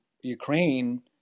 Ukraine